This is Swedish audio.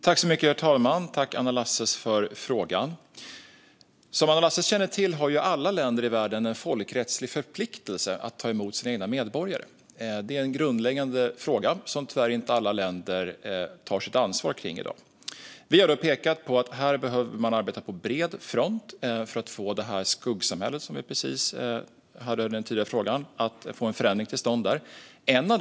Herr talman! Tack, Anna Lasses, för frågan! Som Anna Lasses känner till har alla länder i världen en folkrättslig förpliktelse att ta emot sina egna medborgare. Det är en grundläggande fråga som tyvärr inte alla länder tar sitt ansvar för i dag. Vi har pekat på att man behöver arbeta på bred front för att få en förändring till stånd när det gäller det skuggsamhälle som vi hörde om i en tidigare fråga.